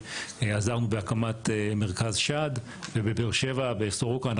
עזרנו בהקמת מרכז שד ובבאר שבע בסורוקה,